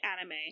anime